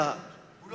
פינה מאחזים?